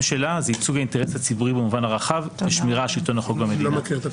שלה זה ייצוג האינטרס הציבורי במובן הרחב ושמירה על שלטון החוק במדינה.